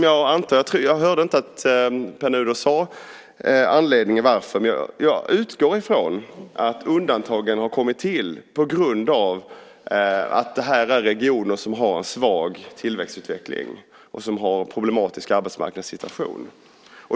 Jag hörde inte att Pär Nuder nämnde anledningen, men jag utgår från att undantagen har kommit till på grund av att det här är regioner som har en svag tillväxtutveckling och som har en problematisk arbetsmarknadssituation.